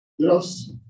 Yes